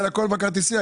זה הכול בגיבוי שלך,